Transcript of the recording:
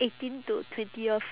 eighteen to twentieth